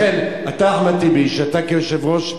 לכן, אתה, אחמד טיבי, שאתה נמצא כרגע כיושב-ראש,